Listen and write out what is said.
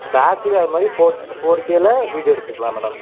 பேக்குலையும் அது மாரி four four கேவில வீடியோ எடுத்துக்கலாம் மேடம்